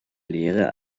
lehre